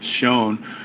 shown